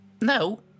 No